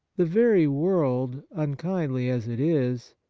the very world, unkindly as it is,